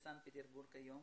בסנט פטרבורג היום,